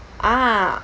ah